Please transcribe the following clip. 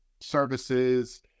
services